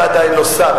אתה עדיין לא שר,